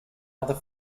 other